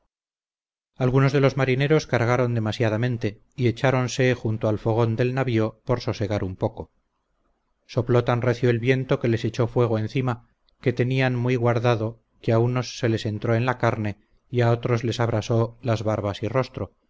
algunos de los marineros cargaron demasiadamente y echaronse junto al fogón del navío por sosegar un poco sopló tan recio el viento que les echó fuego encima que tenían muy guardado que a unos se les entró en la carne y a otros les abrasó las barbas y rostro